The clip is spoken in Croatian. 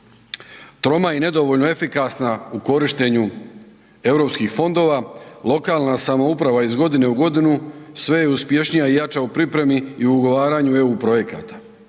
troma i nedovoljno efikasna u korištenju EU fondova, lokalna samouprava iz godine u godinu, sve je uspješnija i jača u pripremi i ugovaranju EU projekata.